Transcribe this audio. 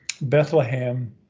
Bethlehem